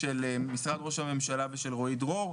של משרד ראש הממשלה ושל רועי דרור,